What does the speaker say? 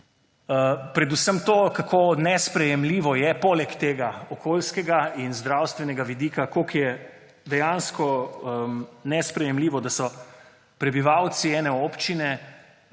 predvsem to, kako nesprejemljivo je poleg okoljskega in zdravstvenega vidika, kako je dejansko nesprejemljivo, da so prebivalci ene občine